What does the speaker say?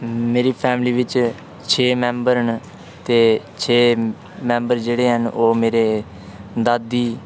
मेरी फैमिली बिच छे मेंबर न ते छे मेंबर है'न जेह्ड़े ओह् मेरे दादी